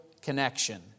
connection